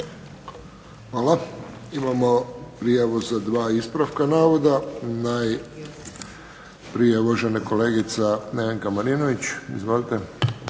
Hvala. Imamo prijavu za dva ispravka navoda. Najprije uvažena kolegica Nevenka Marinović. Izvolite.